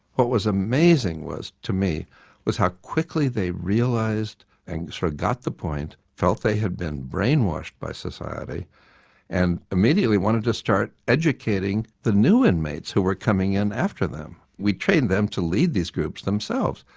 what was amazing to me was how quickly they realised and so got the point, felt they had been brainwashed by society and immediately wanted to start educating the new inmates who were coming in after them. we trained them to lead these groups themselves,